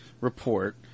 report